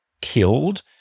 killed